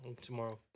tomorrow